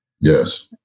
Yes